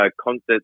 concerts